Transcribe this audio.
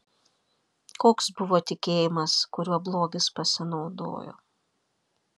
koks buvo tikėjimas kuriuo blogis pasinaudojo